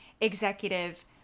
executive